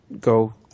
go